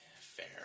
Fair